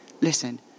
Listen